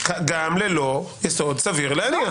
גם ללא יסוד סביר להניח.